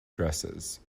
dresses